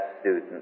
student